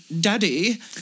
daddy